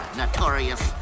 notorious